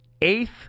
eighth